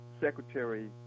secretary